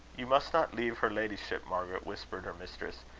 you must not leave her ladyship, margaret, whispered her mistress.